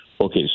okay